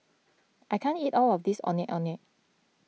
I can't eat all of this Ondeh Ondeh